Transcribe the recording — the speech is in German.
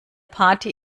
party